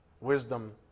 wisdom